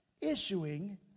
issuing